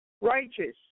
Righteous